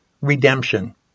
Redemption